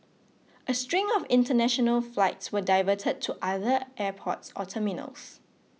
a string of international flights were diverted to other airports or terminals